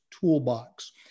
toolbox